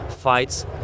fights